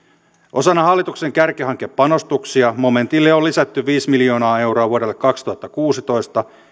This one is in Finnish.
osana hallituksen kärkihankepanostuksia momentille on lisätty viisi miljoonaa euroa vuodelle kaksituhattakuusitoista